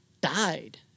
died